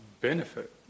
benefit